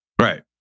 Right